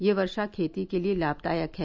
यह वर्षा खेती के लिए लामदायक है